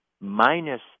minus